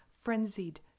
frenzied